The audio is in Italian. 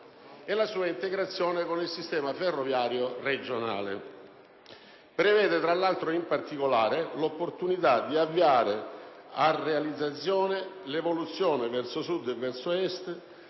e sua integrazione con il sistema ferroviario regionale) prevede, tra l'altro, in particolare, l'opportunità di avviare a realizzazione l'evoluzione verso Sud e verso Est